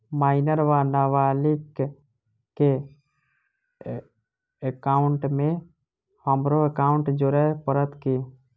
Minor वा नबालिग केँ एकाउंटमे हमरो एकाउन्ट जोड़य पड़त की?